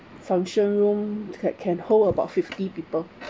function room can can hold about fifty people